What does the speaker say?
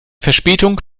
verspätung